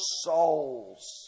souls